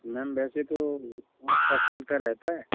ma'am वैसे तो पाँच परसेंट का रहता है